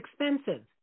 expensive